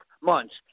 months